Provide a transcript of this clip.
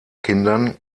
kindern